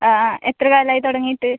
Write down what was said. ആ ആ എത്ര കാലം ആയി തുടങ്ങീട്ട്